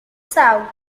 south